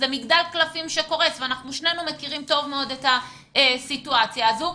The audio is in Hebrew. זה מגדל קלפים שקורס ושנינו מכירים טוב מאוד את הסיטואציה הזאת.